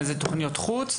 זה תוכניות חוץ?